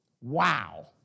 Wow